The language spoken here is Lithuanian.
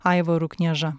aivaru knieža